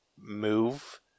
move